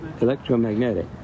electromagnetic